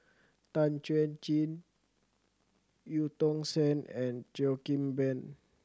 Tan Chuan Jin Eu Tong Sen and Cheo Kim Ban